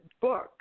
book